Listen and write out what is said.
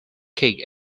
kick